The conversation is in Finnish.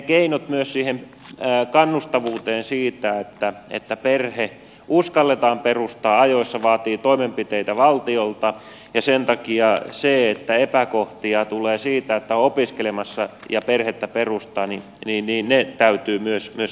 keinot myös kannustavuuteen että perhe uskalletaan perustaa ajoissa vaativat toimenpiteitä valtiolta ja sen takia se että epäkohtia tulee siitä että on opiskelemassa ja perustaa perhettä täytyy myös korjata